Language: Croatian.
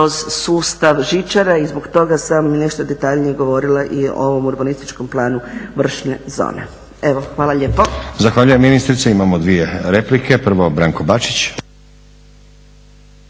Zahvaljujem ministrici. Imamo dvije replike. Prvo Branko Bačić.